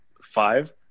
five